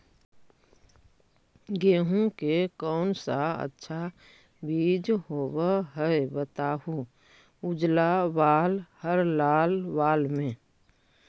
गेहूं के कौन सा अच्छा बीज होव है बताहू, उजला बाल हरलाल बाल में?